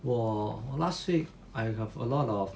我 last week I have a lot of